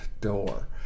door